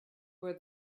where